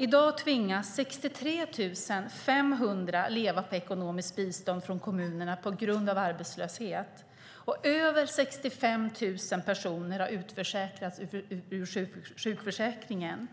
I dag tvingas 63 500 leva på ekonomiskt bistånd från kommunerna på grund av arbetslöshet, och över 65 000 personer har utförsäkrats ur sjukförsäkringen.